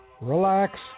relax